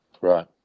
right